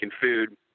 food